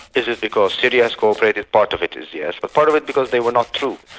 is it because syria has co-operated? part of it is yes. but part of it because they were not true.